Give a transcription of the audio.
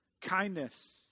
Kindness